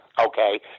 okay